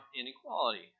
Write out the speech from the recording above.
inequality